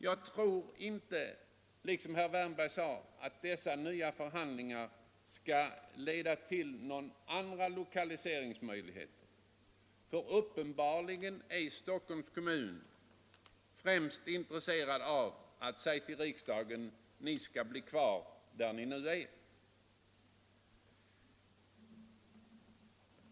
Liksom herr Wärnberg tror jag emellertid inte att sådana nya förhandlingar skulle leda till några andra lokaliseringsmöjligheter, ty Stockholms kommun är uppenbarligen främst intresserad av att säga till riksdagen: Ni skall bli kvar där ni är.